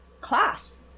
class